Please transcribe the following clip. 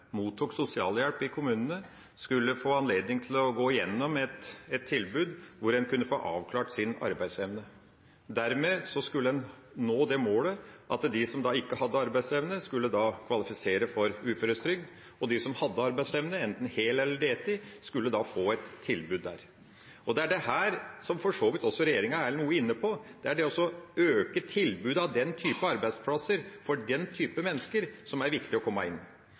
mottok sosialhjelp i kommunene, skulle få anledning til å gå igjennom et tilbud hvor en kunne få avklart sin arbeidsevne. Dermed skulle en nå det målet at de som ikke hadde arbeidsevne, skulle kvalifisere for uføretrygd, og de som hadde arbeidsevne – til enten hel- eller deltid – skulle få et tilbud der. Det er dette – som for så vidt også regjeringa er noe inne på, det å øke tilbudet av den type arbeidsplasser for den type mennesker – som er viktig. Senterpartiet ser det ikke som annet enn at vi ikke greier å